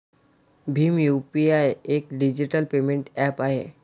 Bhim UPI एक digital payment app आहे